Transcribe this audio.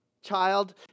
child